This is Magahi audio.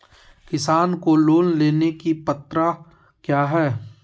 किसान को लोन लेने की पत्रा क्या है?